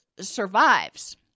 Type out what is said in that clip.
survives